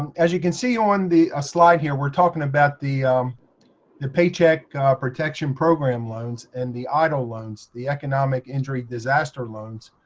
and as you can see on the slide here, we're talking about the the paycheck protection program loans and the eidl loans the economic injury disaster loans.